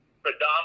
predominantly